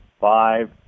five